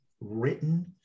written